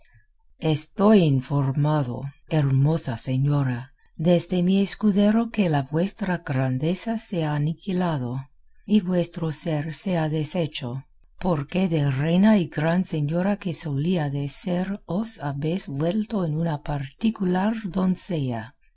estoy informado hermosa señora deste mi escudero que la vuestra grandeza se ha aniquilado y vuestro ser se ha deshecho porque de reina y gran señora que solíades ser os habéis vuelto en una particular doncella si